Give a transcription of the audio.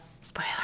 spoiler